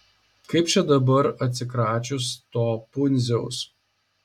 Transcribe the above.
kaip čia dabar atsikračius to pundziaus